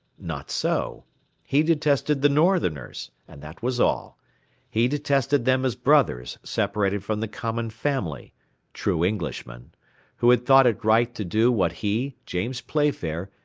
not so he detested the northerners, and that was all he detested them as brothers separated from the common family true englishmen who had thought it right to do what he, james playfair,